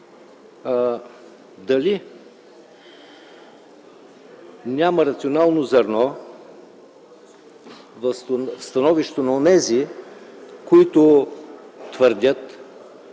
Дали няма рационално зърно в становището на онези, които твърдят,